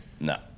No